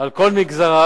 על כל מגזריו.